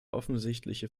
offensichtliche